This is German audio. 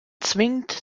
zwingt